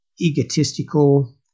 egotistical